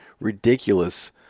ridiculous